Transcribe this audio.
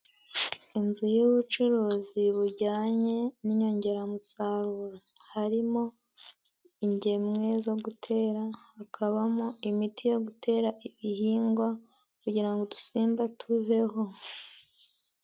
Inzu y'ubucuruzi bujyanye n'inyongeramusaruro harimo ingemwe zo gutera, hakabamo imiti yo gutera ibihingwa kugira ngo udusimba tuveho.